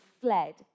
fled